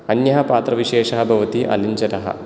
अन्यः पात्रविशेषः भवति अलिञ्जरः